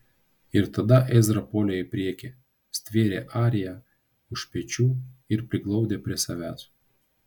ir tada ezra puolė į priekį stvėrė ariją už pečių ir priglaudė prie savęs